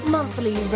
Monthly